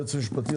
היועץ המשפטי,